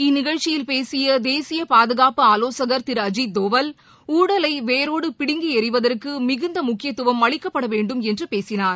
இந்நிகழ்ச்சியில் பேசியதேசியபாதுகாப்பு ஆலோசகர் திருஅஜித் தோவல் ஊழலைவேறோடுபிடுங்கிளரிவதற்குமிகுந்தமுக்கியத்துவம் அளிக்கப்படவேண்டும் என்றுபேசினார்